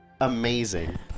Amazing